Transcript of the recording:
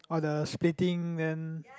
orh the splitting then